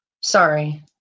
Sorry